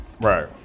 Right